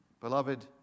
Beloved